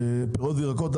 פירות וירקות,